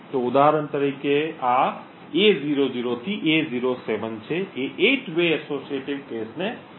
તેથી ઉદાહરણ તરીકે આ A00 થી A07 એ 8 વે એસોસિએટીવ કેશને અનુરૂપ છે